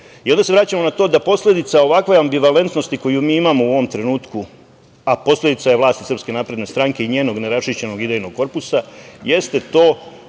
se vraćamo na to da posledica ovakve ambivalentnosti koju mi imamo u ovom trenutku, a posledica je vlasti SNS i njenog ne raščišćenog idejnog korpusa jeste to